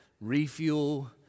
refuel